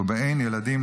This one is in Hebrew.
ובאין ילדים,